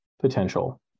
potential